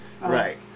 right